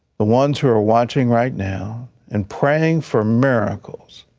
the ones who are watching right now and praying for miracles.